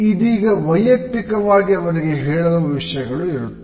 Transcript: ಇದ್ದೆಗ ವೈಯುಕ್ತಿಕವಾಗಿ ಅವರಿಗೆ ಹೇಳಲು ವಿಷಯಗಳು ಇರುತ್ತವೆ